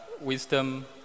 wisdom